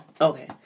Okay